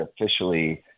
officially